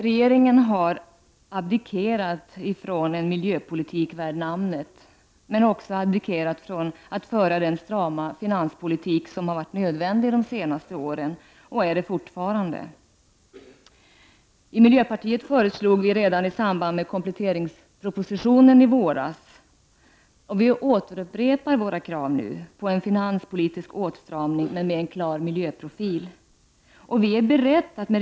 Regeringen har abdikerat från en miljöpolitik värd namnet men också ab dikerat från att föra den strama finanspolitik som har varit nödvändig de senaste åren och fortfarande är det. Vi i miljöpartiet föreslog redan i samband med kompletteringspropositionen i våras en finanspolitisk åtstramning med en klar miljöprofil, och vi återupprepar nu vårt krav.